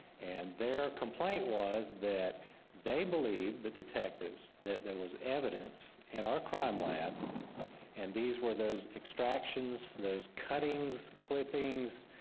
and their complaint was that they believed, the detectives, that there was evidence in our crime lab and these were those extractions, those cuttings, clippings,